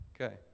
Okay